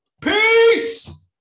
Peace